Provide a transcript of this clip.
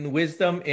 wisdom